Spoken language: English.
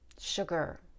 sugar